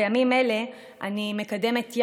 בימים אלה אני מקדמת,